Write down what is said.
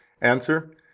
Answer